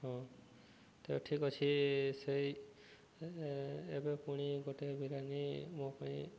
ହଁ ତ ଠିକ୍ ଅଛି ସେଇ ଏବେ ପୁଣି ଗୋଟେ ବିରିୟାନୀ ମୋ ପାଇଁ